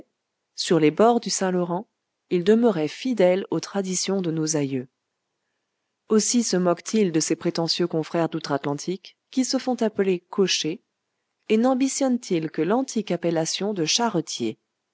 sur les bords du saint-laurent il demeurait fidèle aux traditions de nos aïeux aussi se moque t il de ses prétentieux confrères doutre atlantique qui se font appeler cocher et nambitionne t il que l'antique appellation de charretier